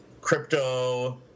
crypto